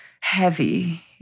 heavy